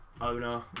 owner